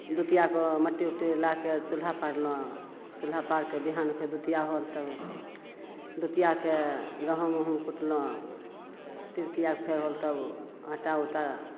दुतियाके मट्टी उट्टी लाके चुल्हा पारलहुँ चुल्हा पारिके बिहान होके दुतिया होल तब दुतियाके गहूम उहूम कुटलहुँ तृतीयाके फेर होल तब आँटा उँटा